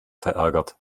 verärgert